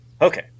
Okay